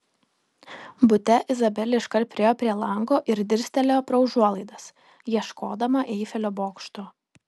bute izabelė iškart priėjo prie lango ir dirstelėjo pro užuolaidas ieškodama eifelio bokšto